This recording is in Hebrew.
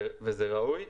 זה ראוי.